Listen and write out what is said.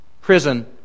prison